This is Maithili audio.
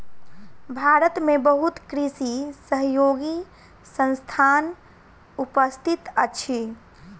भारत में बहुत कृषि सहयोगी संस्थान उपस्थित अछि